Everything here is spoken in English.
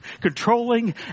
controlling